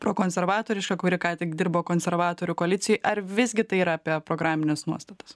prokonservatoriška kuri ką tik dirbo konservatorių koalicijoj ar visgi tai yra apie programines nuostatas